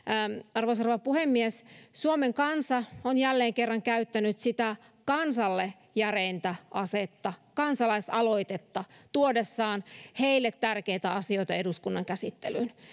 arvoisa rouva puhemies suomen kansa on jälleen kerran käyttänyt sitä kansalle järeintä asetta kansalaisaloitetta tuodessaan heille tärkeitä asioita eduskunnan käsittelyyn